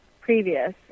previous